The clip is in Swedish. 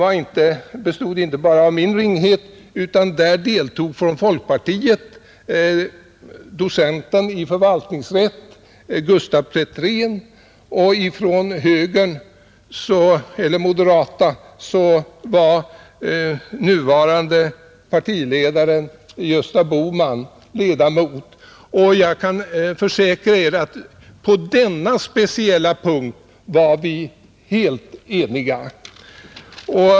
Utredningen bestod inte bara av min ringhet, utan där deltog från folkpartiet docenten i förvaltningsrätt Gustaf Petrén och från moderata samlingspartiet nuvarande partiledaren Gösta Bohman. Jag kan försäkra att på denna speciella punkt var vi helt eniga.